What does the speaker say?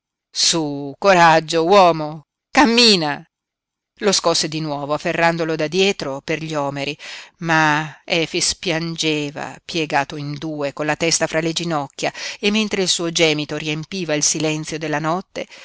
su coraggio uomo cammina lo scosse di nuovo afferrandolo da dietro per gli omeri ma efix piangeva piegato in due con la testa fra le ginocchia e mentre il suo gemito riempiva il silenzio della notte